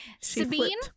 sabine